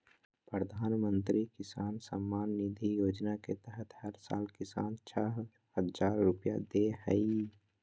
प्रधानमंत्री किसान सम्मान निधि योजना के तहत हर साल किसान, छह हजार रुपैया दे हइ